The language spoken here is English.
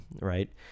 right